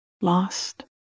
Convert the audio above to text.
Lost